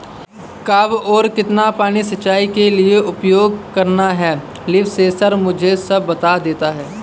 कब और कितना पानी सिंचाई के लिए उपयोग करना है लीफ सेंसर मुझे सब बता देता है